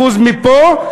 אחוז מפה,